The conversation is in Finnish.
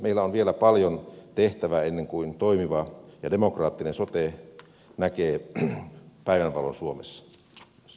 meillä on vielä paljon tehtävää ennen kuin toimiva ja demokraattinen sote näkee päivänvalon suomessa